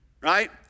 right